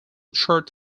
chart